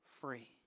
free